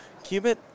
Qubit